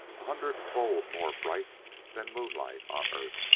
a hundredfold more bright than moonlight on earth.